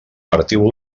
partiu